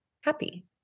happy